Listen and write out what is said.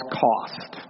cost